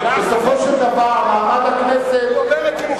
בסופו של דבר, מעמד הכנסת, הוא אומר את זה,